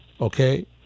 okay